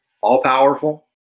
all-powerful